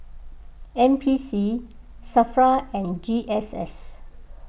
N P C Safra and G S S